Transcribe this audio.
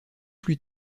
plus